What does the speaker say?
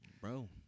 Bro